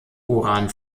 uran